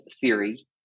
theory